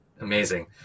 Amazing